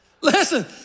Listen